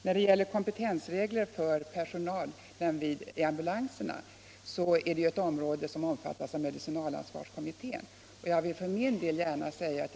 Frågan om kompetensregler för ambulanspersonalen ingår i socialstyrelsens utredningsuppdrag. Medicinalansvarskommittén har vidare att ta ställning till vilka yrkeskategorier som skall ingå i medicinalpersonalen.